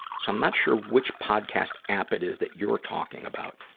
so, i'm not sure which podcast app it is that you're talking about.